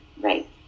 right